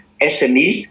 SMEs